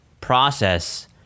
process